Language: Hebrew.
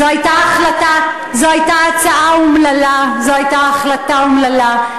זו היתה הצעה אומללה, זו היתה החלטה אומללה.